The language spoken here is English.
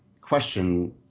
question